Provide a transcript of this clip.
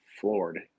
floored